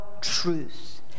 truth